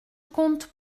compte